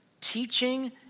teaching